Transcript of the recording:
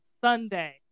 Sunday